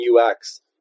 UX